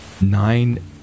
Nine